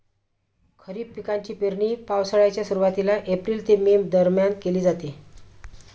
खरीप पिकांची पेरणी पावसाळ्याच्या सुरुवातीला एप्रिल ते मे दरम्यान केली जाते